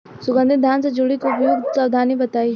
सुगंधित धान से जुड़ी उपयुक्त सावधानी बताई?